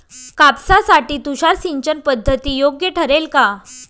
कापसासाठी तुषार सिंचनपद्धती योग्य ठरेल का?